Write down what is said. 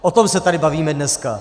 O tom se tady bavíme dneska.